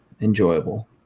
enjoyable